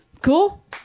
Cool